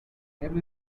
have